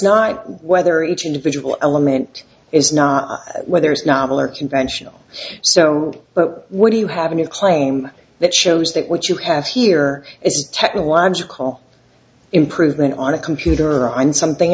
not whether each individual element is not whether it's novel or conventional so but what do you have in your claim that shows that what you have here is technological improvement on a computer or on something